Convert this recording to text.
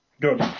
Good